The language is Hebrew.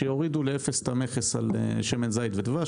שיורידו לאפס את המכס על שמן זית ודבש.